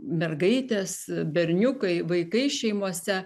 mergaitės berniukai vaikai šeimose